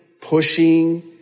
pushing